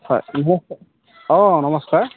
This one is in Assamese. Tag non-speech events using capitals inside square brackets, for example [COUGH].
হয় [UNINTELLIGIBLE] অঁ নমস্কাৰ